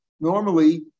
Normally